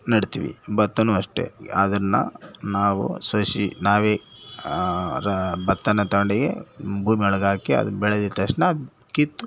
ನೆಡ್ತಿವಿ ಭತ್ತನು ಅಷ್ಟೆ ಅದನ್ನು ನಾವು ಸಸಿ ನಾವೇ ರ ಭತ್ತನ ತೋಂಡೋಗಿ ಭೂಮಿಯೊಳಗೆ ಹಾಕಿ ಅದು ಬೆಳೆದಿದ್ದ ತಕ್ಷಣ ಕಿತ್ತು